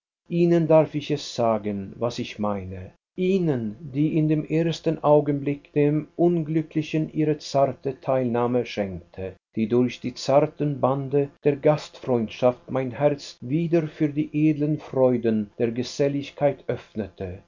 ihnen darf ich es sagen was ich meine ihnen die in dem ersten augenblick dem unglücklichen ihre zarte teilnahme schenkte die durch die zarten bande der gastfreundschaft mein herz wieder für die edlen freuden der geselligkeit öffnete